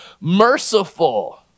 merciful